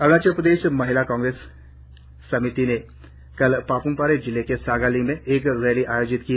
अरुणाचल प्रदेश महिला कांग्रेस कमेटी ने कल पाप्मपारे जिले के सागाली में एक रैली आयोजित की